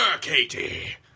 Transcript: Katie